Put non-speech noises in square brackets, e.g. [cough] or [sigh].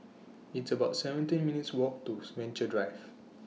It's about seventeen minutes' Walk to [noise] Venture Drive